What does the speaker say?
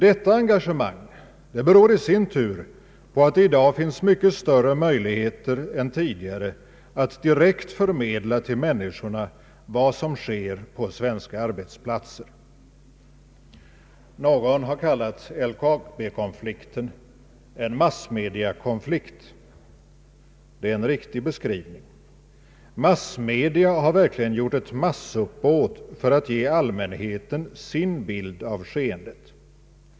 Detta engagemang beror i sin tur på att det i dag finns mycket större möjligheter än tidigare att direkt förmedla till människorna vad som sker på svenska arbetsplatser. Någon har kallat LKAB-konflikten en massmediakonflikt. Det är en riktig beskrivning. Massmedia har verkligen gjort ett massuppbåd för att ge allmänheten sin bild av skeendet.